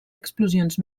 explosions